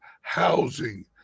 housing